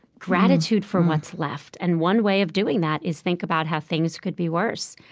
gratitude for what's left. and one way of doing that is think about how things could be worse.